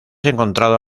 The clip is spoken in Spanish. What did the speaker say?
encontrado